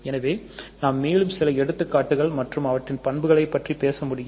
எனவே நாம் மேலும் சில எடுத்துக்காட்டுகள் மற்றும் அவற்றின் பண்புகள் பற்றி பேச முடியும்